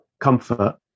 comfort